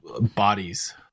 bodies